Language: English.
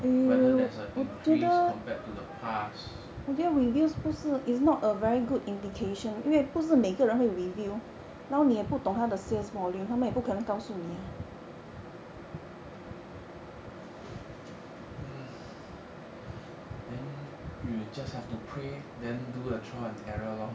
whether there's a increase compared to the past then hmm then you just have to pray then do a trial and error